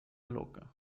loca